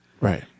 Right